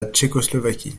tchécoslovaquie